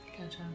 Gotcha